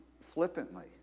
flippantly